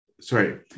Sorry